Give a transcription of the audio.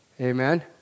Amen